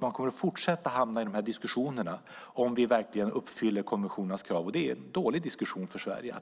Man kommer att fortsätta att hamna i diskussioner om huruvida Sverige verkligen uppfyller konventionernas krav. Det är en dålig diskussion för Sverige.